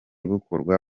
bukorwa